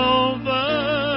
over